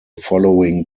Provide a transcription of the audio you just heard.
following